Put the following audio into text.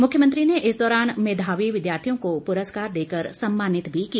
मुख्यमंत्री ने इस दौरान मेधावी विद्यार्थियों को पुरस्कार देकर सम्मानित भी किया